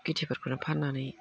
खेथिफोरखोनो फाननानै